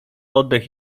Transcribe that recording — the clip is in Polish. oddech